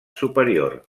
superior